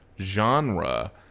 genre